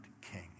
king